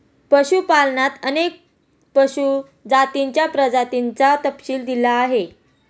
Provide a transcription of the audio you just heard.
पशुपालनात अनेक पशु जातींच्या प्रजातींचा तपशील दिला आहे